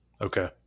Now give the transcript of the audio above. Okay